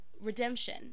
redemption